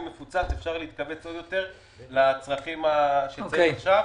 הוא קצת מפוצץ ואפשר להתכווץ - לצרכים של העיר.